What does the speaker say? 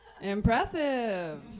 Impressive